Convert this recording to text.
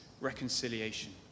reconciliation